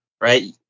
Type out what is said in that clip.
right